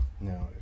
no